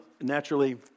Naturally